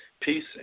peace